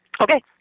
okay